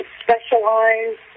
specialize